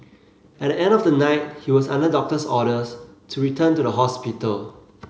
at the end of the night he was under doctor's orders to return to the hospital